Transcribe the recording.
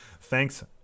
thanks